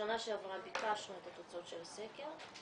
בשנה שעברה ביקשנו את התוצאות של הסקר,